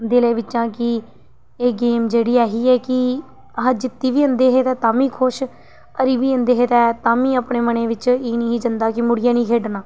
दिला बिच्चा कि एह् गेम जेह्ड़ी ऐही कि अस जित्ती बी जंदे हे ते ताम्मी खुश हारी बी जंदे हे ते ताम्मी अपने मनै बिच्च एह् नेही जंदा कि मुड़ियै नेईं खेढना